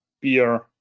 beer